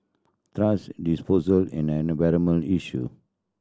thrash disposal is an environmental issue